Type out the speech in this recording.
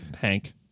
Hank